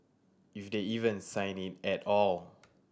if they even sign it at all